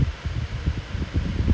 and like because of the